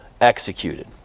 executed